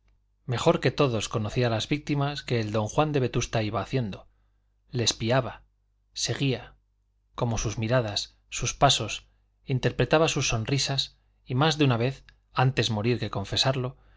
mejor que todos conocía las víctimas que el don juan de vetusta iba haciendo le espiaba seguía como sus miradas sus pasos interpretaba sus sonrisas y más de una vez antes morir que confesarlo más de